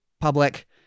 public